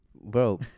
bro